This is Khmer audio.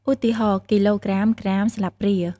ឧទាហរណ៍៖ គីឡូក្រាម ក្រាម ស្លាបព្រា។